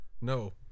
No